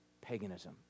paganism